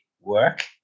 work